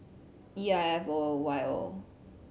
E I F O Y O